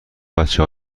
بچه